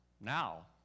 Now